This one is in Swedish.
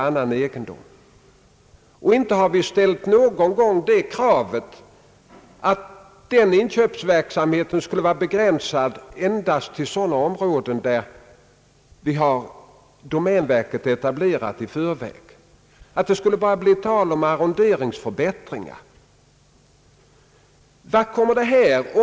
Vi har inte någon gång ställt kravet att denna inköpsverksamhet skulle vara begränsad endast till sådana områden, där domänverket är etablerat i förväg och där det alltså bara skulle bli tal om arronderingsförbättringar.